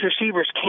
receivers